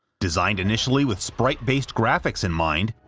designed initially with sprite-based graphics in mind,